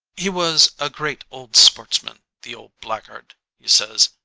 he was a great old sportsman, the old black guard, he says.